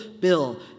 bill